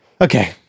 Okay